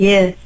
Yes